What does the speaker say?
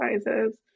sizes